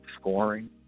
scoring